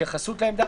התייחסות לעמדה,